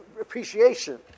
appreciation